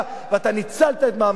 ואתה ניצלת את מעמדך.